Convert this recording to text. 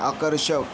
आकर्षक